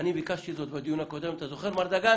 אני ביקשתי זאת בדיון הקודם, אתה זוכר מר דגן?